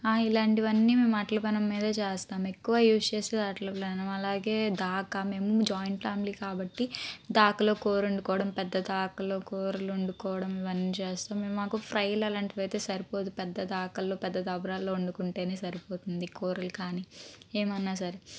ఆ ఇలాంటివన్నీ మేము అట్ల పెనం మీదే చేస్తాము ఎక్కువ యూస్ చేసేది అట్ల పెనం అలాగే దాకా మేము జాయింట్ ఫ్యామిలీ కాబట్టి దాకాలో కూర వండుకోవడం పెద్ద దాకాలో కూరలు వండుకోవడం ఇవన్నీ చేస్తాం మేము మాకు ఫ్రైలు అలాంటివైతే సరిపోదు పెద్ద దాకాలు పెద్ద దబ్రాలో వండుకుంటేనే సరిపోతుంది కూరలు కాని ఎమన్నా సరే